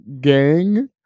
Gang